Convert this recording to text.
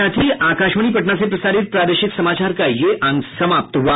इसके साथ ही आकाशवाणी पटना से प्रसारित प्रादेशिक समाचार का ये अंक समाप्त हुआ